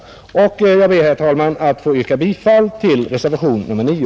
Jag ber, herr talman, att få yrka bifall till reservationen 9.